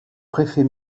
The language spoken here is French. préfet